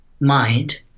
mind